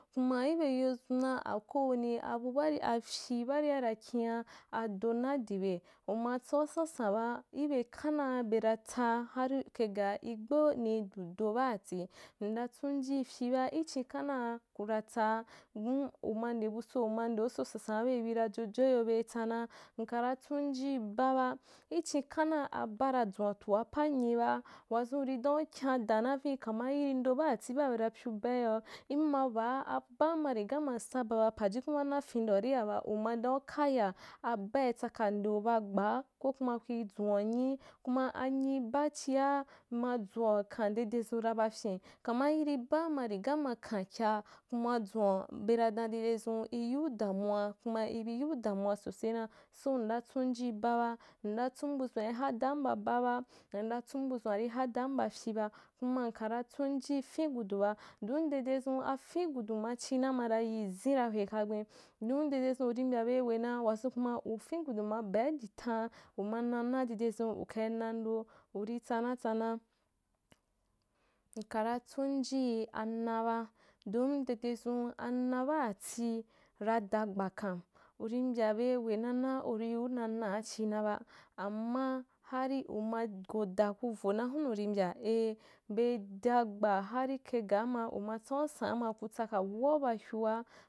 Kuma ibe yo zun na akwei wanî bu baarì afyi baarīa ra kin’a ado na dibe, umatsau sansan ba ibe khana bera tsaa harì kaî gaa, igbeu nii du do baatî, ndatsum ji fyiba ichin khanaa uratsaa, dan, uma ndebuso, uma ndeu so sansan ba bei bi ra jojoiyo bei tsana nkana tsunji ba ba, ichin khana abba na dzwatua pa nyiba, wazun uri dan ukyan daa na vini kama yi ndo baati baa benatsu baiyoa, in mabaa abba ma rigaa ma saba ba pajukun baa na findoaria ba, uma dau akaya, abbai tsaka ndeu ba gbaa ko kuma kuí dzwanyi, kuma anyiba chia ma dzwan’u kan dedezun ra barfyi, kama yìrì baa ma rigaa ma kankyaa, kuma dzwan’u bera dan dedezun iyiu damuwa, kuma ibî yia damuwa sosaina, so nda tsuaji ba ba, nda tsun buzun’i hadam ba ba, ndatsam buzuno hadam ba fyiba, kuma nkana tsunji fengudu ba, don dedezun afen gudu ma china ma na yizim ra hwekagben, don dedezun urî mbya beî wena wazun kuma ufengu du ma baî di tan, uma nana dedezun ukai nando, urî tsana tsana, nkara tsunji anaba don dedezun ana baatī, rada gba kam, urî mbya bei wenana, urî yiu dan anaa china ba, amana hari uma go daa kuvo na hunu uri mbya eh, bei da gba harî kai gaa ma uma tsau nsanba ma ku tsa wau ba hyua